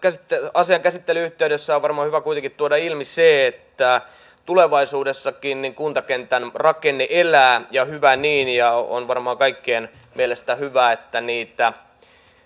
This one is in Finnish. asian käsittelyn yhteydessä on varmaan hyvä kuitenkin tuoda ilmi se että tulevaisuudessakin kuntakentän rakenne elää ja hyvä niin on varmaan kaikkien mielestä hyvä että niitä